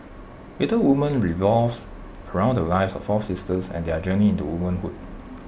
Little Women revolves around the lives of four sisters and their journey into womanhood